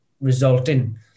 resulting